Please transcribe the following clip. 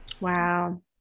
Wow